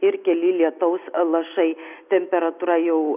ir keli lietaus lašai temperatūra jau